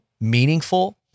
meaningful